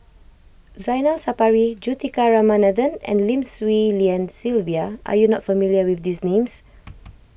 Zainal Sapari Juthika Ramanathan and Lim Swee Lian Sylvia are you not familiar with these names